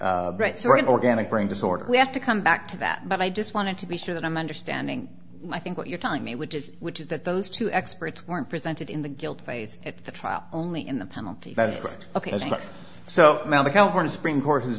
a right sort of organic brain disorder we have to come back to that but i just wanted to be sure that i'm understanding i think what you're telling me which is which is that those two experts weren't presented in the guilt phase at the trial only in the penalty that is ok so now the california supreme cour